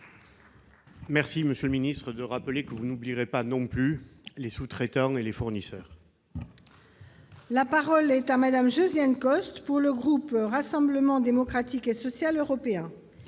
je vous remercie de rappeler que vous n'oublierez pas non plus les sous-traitants ni les fournisseurs. La parole est à Mme Josiane Costes, pour le groupe du Rassemblement Démocratique et Social Européen.